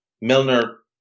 Milner